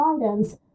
guidance